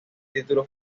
título